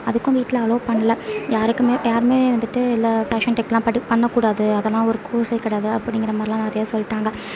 அதுக்கும் வீட்டில் அலோ பண்ணலை யாருக்கும் யாரும் வந்துட்டு இல்லை ஃபேஷன் டெக்லாம் பண்ணக்கூடாது அதெல்லாம் ஒரு கோர்ஸ் கிடையாது அப்படிங்கிற மாதிரி லாம் நிறையா சொல்லிட்டாங்க